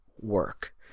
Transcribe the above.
work